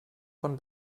von